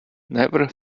never